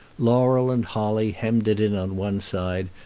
laurel and holly hemmed it in on one side,